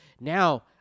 Now